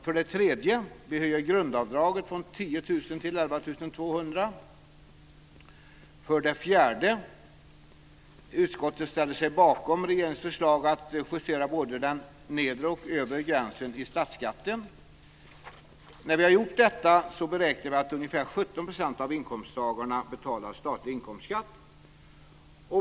För det tredje: Vi höjer grundavdraget från 10 000 För det fjärde: Utskottet ställer sig bakom regeringens förslag att justera såväl den nedre som övre skiktgränsen för uttag av statlig inkomstskatt. När detta är genomfört beräknar vi att ca 17 % av inkomsttagarna betalar statlig inkomstskatt.